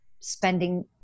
spending